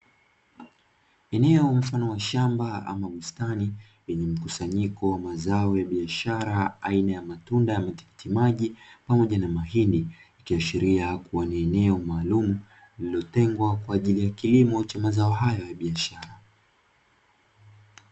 Eneo mfano wa shamba ama bustani lenye mkusanyiko wa mazao ya biashara aina ya matunda ya matikiti maji pamoja na mahindi, ikiashiria kuwa ni eneo maalumu lililotengwa kwa ajili ya kilimo cha mazao hayo ya biashara.